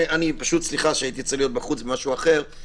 אני מעריך ששר האוצר שכל כך